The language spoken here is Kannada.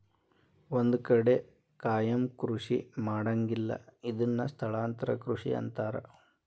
ಒಂದ ಕಡೆ ಕಾಯಮ ಕೃಷಿ ಮಾಡಂಗಿಲ್ಲಾ ಇದನ್ನ ಸ್ಥಳಾಂತರ ಕೃಷಿ ಅಂತಾರ